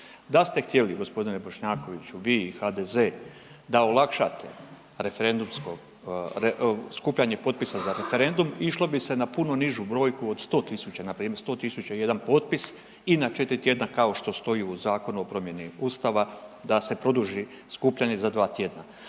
Da ste htjeli gospodine Bošnjakoviću vi, HDZ da olakšate referendumsko, skupljanje potpisa za referendum išlo bi se na puno nižu brojku od 100 000. Na primjer 100 tisuća i 1 potpis i na 4 tjedna kao što stoji u Zakonu o promjeni Ustava da se produži skupljanje za 2 tjedna.